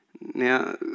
Now